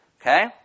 Okay